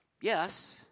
Yes